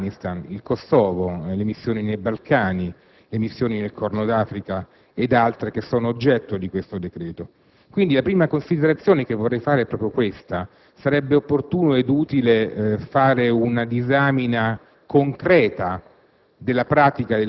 non soltanto l'Afghanistan, ma anche il Kosovo, le missioni nei Balcani, le missioni nel Corno d'Africa e altre oggetto di questo decreto. Quindi, la prima considerazione che vorrei svolgere è la seguente: sarebbe opportuno e utile effettuare una disanima concreta